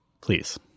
Please